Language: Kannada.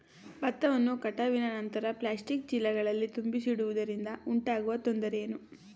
ಭತ್ತವನ್ನು ಕಟಾವಿನ ನಂತರ ಪ್ಲಾಸ್ಟಿಕ್ ಚೀಲಗಳಲ್ಲಿ ತುಂಬಿಸಿಡುವುದರಿಂದ ಉಂಟಾಗುವ ತೊಂದರೆ ಏನು?